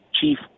chief